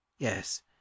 yes